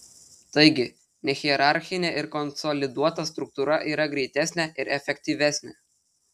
taigi nehierarchinė ir konsoliduota struktūra yra greitesnė ir efektyvesnė